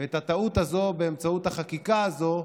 את הטעות הזאת, באמצעות החקיקה הזאת,